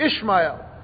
Ishmael